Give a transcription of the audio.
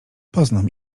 poznam